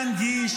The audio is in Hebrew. כולל מנסור עבאס,